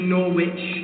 Norwich